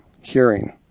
hearing